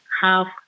half